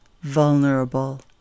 vulnerable